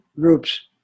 groups